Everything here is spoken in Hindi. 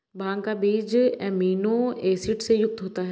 भांग का बीज एमिनो एसिड से युक्त होता है